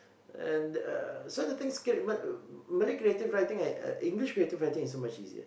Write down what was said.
and uh so the thing Malay creative writing I I English creative writing is so much easier